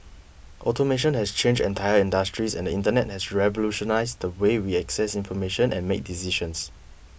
automation has changed entire industries and the Internet has revolutionised the way we access information and make decisions